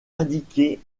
indiquer